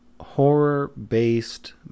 horror-based